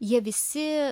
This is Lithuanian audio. jie visi